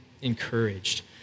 encouraged